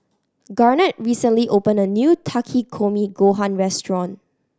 Garnett recently opened a new Takikomi Gohan Restaurant